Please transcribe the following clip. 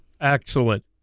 Excellent